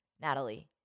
Natalie